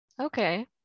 okay